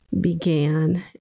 began